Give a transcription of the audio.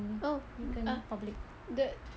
oh uh the